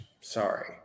Sorry